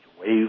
wave